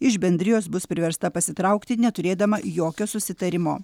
iš bendrijos bus priversta pasitraukti neturėdama jokio susitarimo